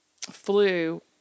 flu